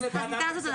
אז ניתן לעשות.